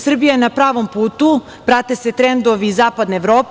Srbija je na pravom putu, prate se trendovi zapadne Evrope.